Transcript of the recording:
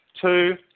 Two